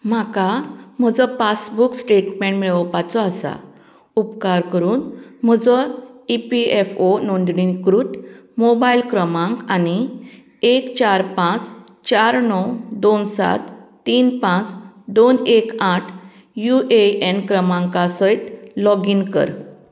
म्हाका म्हजो passbook statement मेळोवपाचो आसा उपकार करून म्हजो ई पी ऍफ ओ नोंदणीकृत मोबायल क्रमांक आनी एक चार पांच चार णव दोन सात तीन पांच दोन एक आठ यु ए एन क्रमांका सयत लॉगीन कर